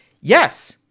yes